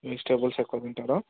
vegetables ఎక్కువ తింటారా